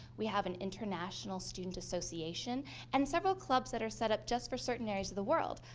we have an international student association and several clubs that are set up just for certain areas of the world,